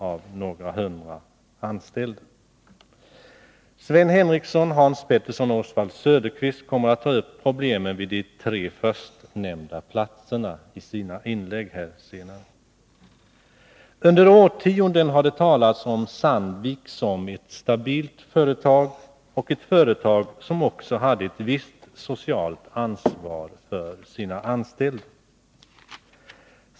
Sven Henricsson, Hans Petersson i Hallstahammar och Oswald Söderqvist kommer i sina inlägg här senare att ta upp problemen på de tre förstnämnda platserna. Under årtionden har det talats om Sandvik AB som ett stabilt företag och som ett företag med ett visst socialt ansvar för sina anställda.